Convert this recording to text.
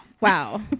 Wow